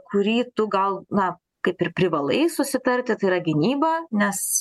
kurį tu gal na kaip ir privalai susitarti tai yra gynyba nes